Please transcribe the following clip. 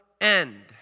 end